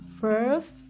First